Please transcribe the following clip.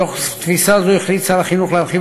מתוך תפיסה זו החליט שר החינוך להרחיב